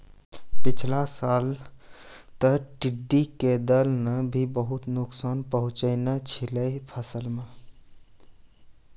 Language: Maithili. पिछला साल तॅ टिड्ढी के दल नॅ भी बहुत नुकसान पहुँचैने छेलै फसल मॅ